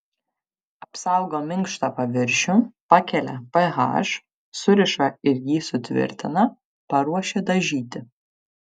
apsaugo minkštą paviršių pakelia ph suriša ir jį sutvirtina paruošia dažyti